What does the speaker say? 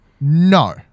No